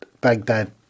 Baghdad